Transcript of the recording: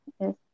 Yes